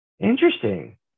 Interesting